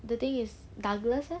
the thing is douglas leh